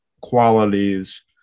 qualities